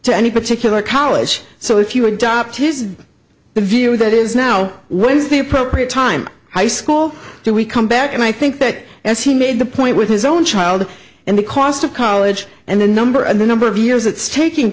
to any particular college so if you adopt his the view that is now once the appropriate time high school do we come back and i think that as he made the point with his own child and the cost of college and the number and the number of years it's taking